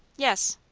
yes.